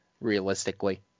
Realistically